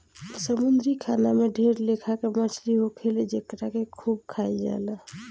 समुंद्री खाना में ढेर लेखा के मछली होखेले जेकरा के खूब खाइल जाला